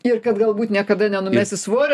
ir kad galbūt niekada nenumesi svorio